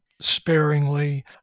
sparingly